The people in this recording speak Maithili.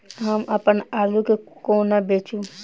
हम अप्पन आलु केँ कोना बेचू?